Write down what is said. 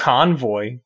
Convoy